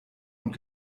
und